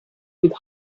with